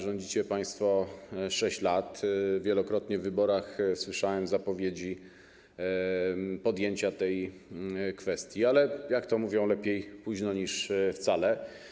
Rządzicie państwo od 6 lat, wielokrotnie przed wyborami słyszałem zapowiedzi dotyczące podjęcia tej kwestii, ale - jak to mówią - lepiej późno niż wcale.